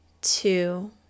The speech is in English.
two